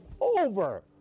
over